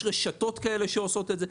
יש רשתות כאלה שעושות את זה.